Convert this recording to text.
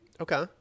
Okay